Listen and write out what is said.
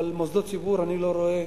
אבל אני לא רואה